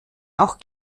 auch